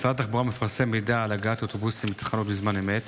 משרד התחבורה מפרסם מידע על הגעת אוטובוסים לתחנות בזמן אמת.